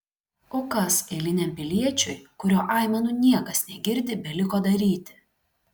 o kas eiliniam piliečiui kurio aimanų niekas negirdi beliko daryti